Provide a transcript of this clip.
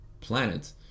planet